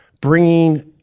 Bringing